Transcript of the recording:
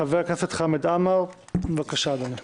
חבר הכנסת חמד עמאר, בבקשה אדוני.